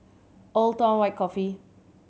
Old Town White Coffee